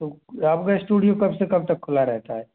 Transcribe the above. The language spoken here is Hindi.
तो आप का स्टूडियो कब से कब तक खुला रहता है